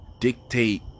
dictate